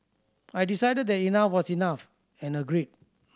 I decided that enough was enough and agreed